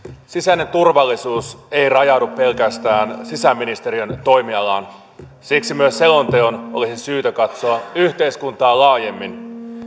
sisäinen turvallisuus ei rajaudu pelkästään sisäministeriön toimialaan siksi myös selonteon olisi syytä katsoa yhteiskuntaa laajemmin